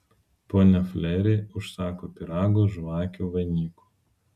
ponia fleri užsako pyragų žvakių vainikų